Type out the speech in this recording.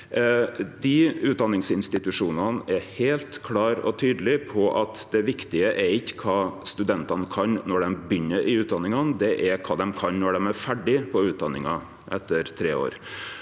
Dei utdanningsinstitusjonane er heilt klare og tydelege på at det viktige ikkje er kva studentane kan når dei begynner på utdanninga, men det er kva dei kan når dei er ferdige på utdanninga etter tre år.